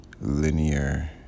linear